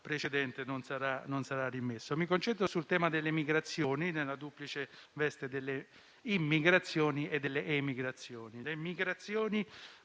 precedente non sarà rimesso. Mi concentro sul tema delle emigrazioni nella duplice veste di immigrazioni ed emigrazioni. Le immigrazioni